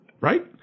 right